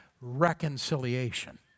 reconciliation